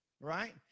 Right